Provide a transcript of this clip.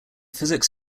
physics